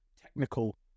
technical